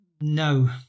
no